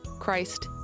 Christ